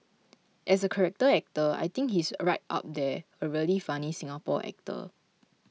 as a character actor I think he's right up there a really funny Singapore actor